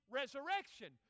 resurrection